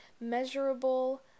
Measurable